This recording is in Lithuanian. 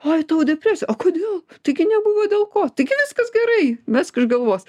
oi tau depresija o kodėl taigi nebuvo dėl ko taigi viskas gerai mesk iš galvos